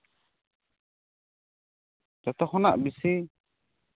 ᱡᱚᱛᱚ ᱠᱷᱚᱱᱟᱜ ᱵᱮᱥᱤ